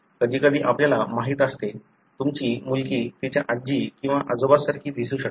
कधीकधी आपल्याला माहिती असते तुमची मुलगी तिच्या आजी किंवा आजोबांसारखी दिसू शकते